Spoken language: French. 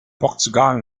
portugal